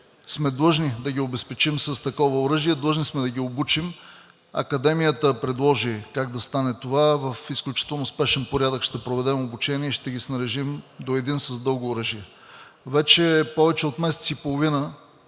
сме длъжни да ги обезпечим с такова оръжие, длъжни сме да ги обучим. Академията предложи как да стане това – в изключително спешен порядък ще проведем обучение и ще ги снаряжим до един с дълго оръжие. Вече повече от месец и половина